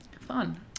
fun